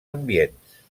ambients